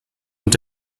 und